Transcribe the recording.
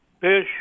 fish